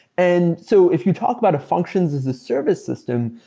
and so if you talk about a functions as a service system,